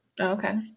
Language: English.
Okay